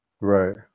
Right